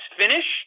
finish